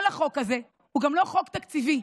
כל החוק הזה הוא גם לא חוק תקציבי,